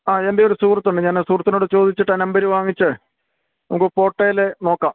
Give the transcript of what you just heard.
ആ എൻ്റെയൊരു സുഹൃത്തുണ്ട് ഞാൻ സുഹൃത്തിനോട് ചോദിച്ചിട്ട് ആ നമ്പര് വാങ്ങിച്ച് നമുക്ക് പോട്ടയിൽ നോക്കാം